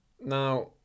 Now